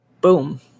boom